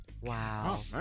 Wow